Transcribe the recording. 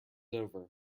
over